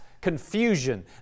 confusion